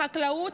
לחקלאות,